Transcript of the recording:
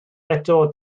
eto